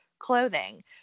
Clothing